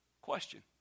Question